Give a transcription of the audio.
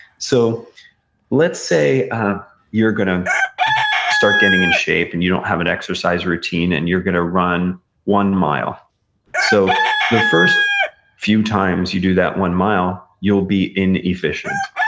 so let's say you're going to start getting in shape and you don't have an exercise routine, and you're gonna run one mile so the first few times you do that one mile, you'll be inefficient.